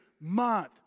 month